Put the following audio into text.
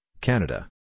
Canada